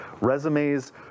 resumes